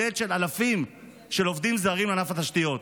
אלפים בודדים של עובדים זרים לענף התשתיות.